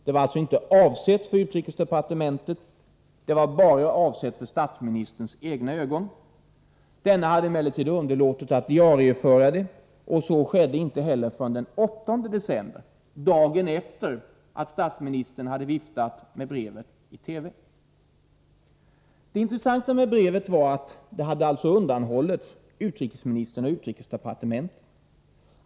Det var alltså inte avsett för utrikesdepartementet; det var bara avsett för statsministerns egna ögon. Denne hade emellertid underlåtit att diarieföra brevet, och någon diarieföring skedde inte heller förrän den 8 december — dagen efter det att statsministern hade viftat med brevet i TV. Det intressanta var att brevet hade undanhållits utrikesministern och utrikesdepartementet.